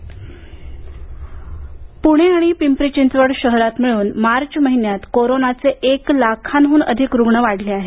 corona रुग्ण पुणे आणि पिंपरी चिंचवड शहरांत मिळून मार्च महिन्यात कोरोनाचे एक लाखांहून अधिक रुग्ण वाढले आहेत